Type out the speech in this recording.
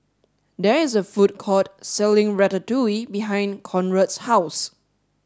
there is a food court selling Ratatouille behind Conrad's house